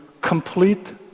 complete